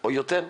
או יותר אנשים?